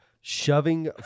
Shoving